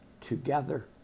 together